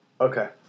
Okay